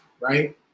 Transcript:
right